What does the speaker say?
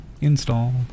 install